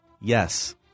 Yes